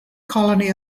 colony